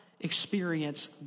experience